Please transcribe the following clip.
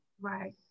Right